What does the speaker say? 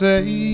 Say